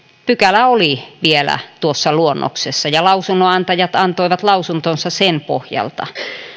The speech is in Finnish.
pykälä oli vielä tuossa luonnoksessa ja lausunnonantajat antoivat lausuntonsa sen pohjalta